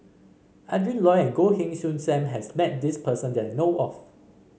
Adrin Loi and Goh Heng Soon Sam has met this person that I know of